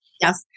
Yes